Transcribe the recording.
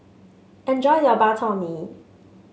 enjoy your Bak Chor Mee